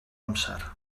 amser